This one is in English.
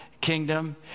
kingdom